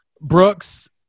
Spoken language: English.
Brooks